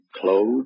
clothes